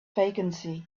vacancy